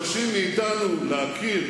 אבל כשמבקשים מאתנו להכיר